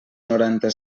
noranta